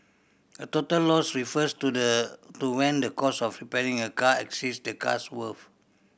a total loss refers to the to when the cost of repairing a car exceeds the car's worth